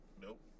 Nope